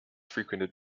frequented